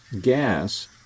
gas